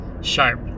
sharp